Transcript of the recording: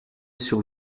sur